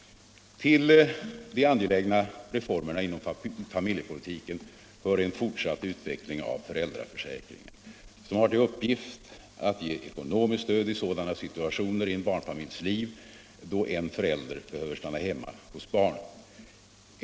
Till de angelägna reformerna inom familjepolitiken hör en fortsatt utveckling av föräldraförsäkringen som har till uppgift att ge ekonomiskt stöd i sådana situationer i en barnfamiljs liv då en förälder behöver stanna hemma hos barnen.